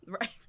Right